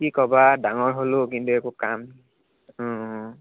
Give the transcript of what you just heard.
কি ক'বা ডাঙৰ হ'লেও কিন্তু একো কাম অঁ